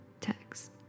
text